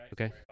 Okay